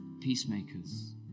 peacemakers